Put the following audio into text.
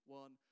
one